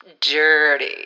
dirty